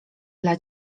dla